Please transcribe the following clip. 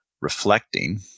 reflecting